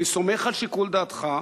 אני סומך על שיקול דעתך.